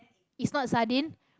is not sardine